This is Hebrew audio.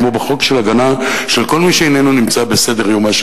כמו בחוק הגנה של כל מי שאיננו נמצא בסדר-יומה של